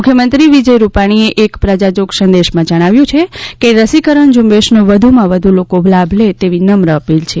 મુખ્યમંત્રી વિજય રૂપાણીએ એક પ્રજાજોગ સંદેશમાં જણાવ્યું છે કે રસીકરણ ઝુંબેશનો વધુમાં વધુ લોકો લાભ લે તેવી નમ્ર અપીલ છે